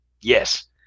yes